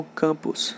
campus